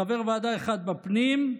חבר ועדה אחד בפנים,